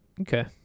okay